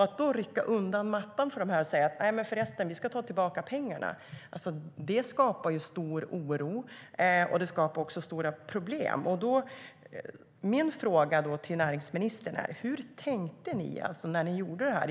Att då rycka undan mattan för dem och säga att man ska ta tillbaka pengarna skapar ju stor oro och stora problem. Min fråga till näringsministern är: Hur tänkte ni när ni gjorde det här?